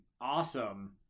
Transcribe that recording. awesome